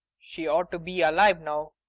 she ought to be alive now.